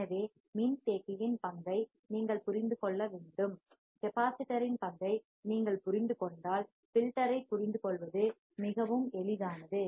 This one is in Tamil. எனவே மின்தேக்கியின் கெப்பாசிட்டர் இன் பங்கை நீங்கள் புரிந்து கொள்ள வேண்டும் மின்தேக்கியின் கெப்பாசிட்டர் இன் பங்கை நீங்கள் புரிந்து கொண்டால் ஃபில்டர் ஐப் புரிந்துகொள்வது மிகவும் எளிதானது